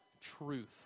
truth